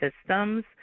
systems